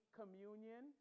communion